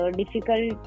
difficult